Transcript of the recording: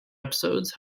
episodes